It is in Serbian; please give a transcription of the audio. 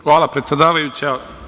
Hvala, predsedavajuća.